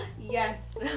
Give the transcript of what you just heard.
yes